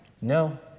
no